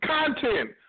Content